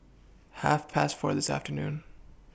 Half Past four This afternoon